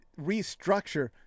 restructure